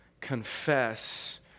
confess